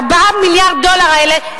4 מיליארדי הדולר האלה,